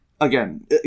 again